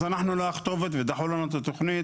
אז אנחנו לא הכתובת, ודחו לנו את התוכנית.